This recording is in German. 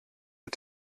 mit